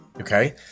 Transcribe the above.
Okay